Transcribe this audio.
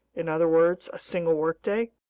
in other words, a single workday,